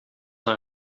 een